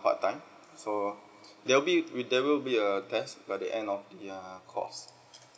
part time so there will be there will be a test by the end of the err course